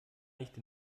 nicht